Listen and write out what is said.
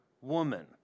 woman